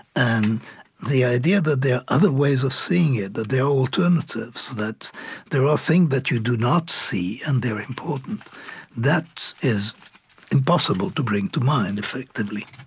and the idea that there are other ways of seeing it, that there are alternatives, that there are things that you do not see, and they're important that is impossible to bring to mind, effectively